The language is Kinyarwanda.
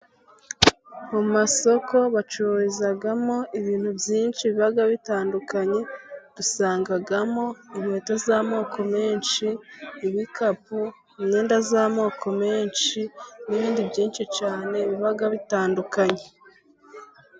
Mu masoko bacururizamo ibintu byinshi biba bitandukanye . Dusangamo inkweto z'amoko menshi ,ibikapu, imyenda y'amoko menshi n'ibindi byinshi cyane biba bitandukanye.